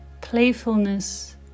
playfulness